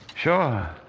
Sure